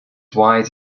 wide